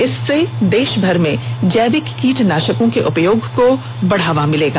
इससे देशभर में जैविक कीटनाशकों के उपयोग को बढ़ावा मिलेगा